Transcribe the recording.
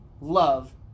love